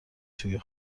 توی